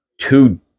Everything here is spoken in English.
two